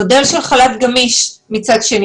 מודל של חל"ת מצד שני,